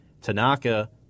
Tanaka